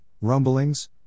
rumblings